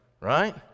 right